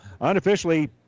unofficially